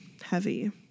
heavy